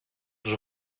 τους